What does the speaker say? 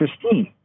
Christine